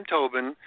Tobin